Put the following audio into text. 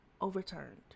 overturned